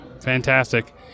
Fantastic